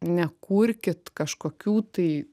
nekurkit kažkokių tai